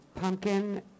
pumpkin